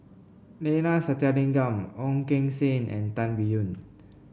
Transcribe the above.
Neila Sathyalingam Ong Keng Sen and Tan Biyun